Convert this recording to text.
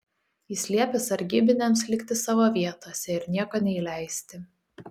jis liepė sargybiniams likti savo vietose ir nieko neįleisti